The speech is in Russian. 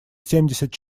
семьдесят